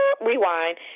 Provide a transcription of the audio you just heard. rewind